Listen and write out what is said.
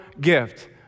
gift